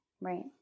right